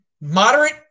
moderate